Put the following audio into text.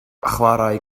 chwaraea